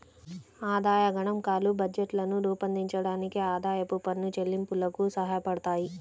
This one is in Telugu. ఆదాయ గణాంకాలు బడ్జెట్లను రూపొందించడానికి, ఆదాయపు పన్ను చెల్లింపులకు సహాయపడతాయి